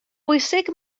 bwysig